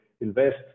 invest